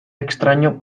extraño